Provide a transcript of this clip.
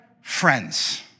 Friends